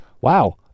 wow